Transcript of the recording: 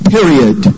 Period